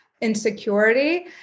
insecurity